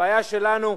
הבעיה שלנו,